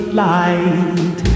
light